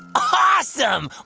ah awesome!